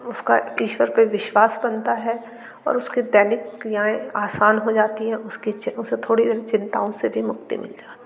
उसका ईश्वर पर विश्वास बनता है और उसकी दैनिक क्रियाऍं आसान हो जाती हैं उसकी उसे थोड़ी देर चिंताओं से भी मुक्ति मिल जाती है